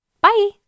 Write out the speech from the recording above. Bye